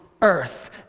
earth